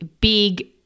big